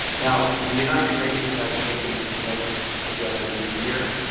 now, the united nations has taken notice of greta being here,